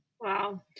Wow